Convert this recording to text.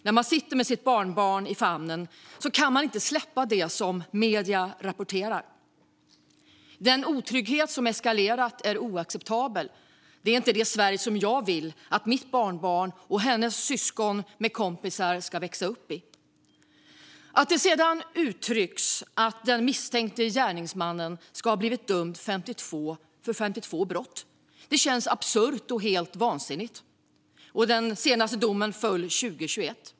När jag sitter med mitt barnbarn i famnen kan jag inte släppa det som medierna rapporterar om. Den otrygghet som eskalerat är oacceptabel. Det är inte det Sverige som jag vill att mitt barnbarn och hennes syskon och kompisar ska växa upp i. Att det sedan uttrycks att den misstänkte gärningsmannen ska ha blivit dömd för 52 brott känns absurt och helt vansinnigt. Den senaste domen föll 2021.